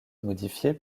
modifié